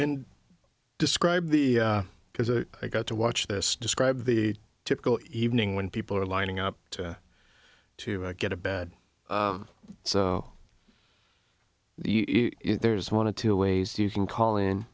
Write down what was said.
and describe the because i got to watch this describe the typical evening when people are lining up to get a bed so there's one of two ways you can call in